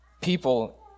people